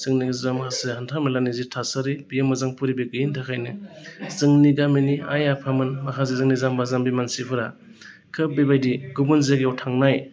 जोंनि गेजेराव माखासे हान्था मेलानि जिथु थासारि बियो मोजां फरिबेस गैयैनि थाखायनो जोंनि गामिनि आइ आफामोन माखासे जोंनि जाम्बा जाम्बि मानसिफोरा खोब बेबायदि गुबुन जायगायाव थांनाय